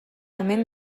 omen